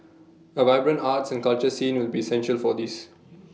A vibrant arts and culture scene will be essential for this